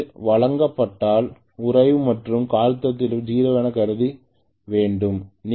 அது வழங்கப்பட்டால் உராய்வு மற்றும் காற்றழுத்த இழப்புகள் 0 எனக் கருத வேண்டாம்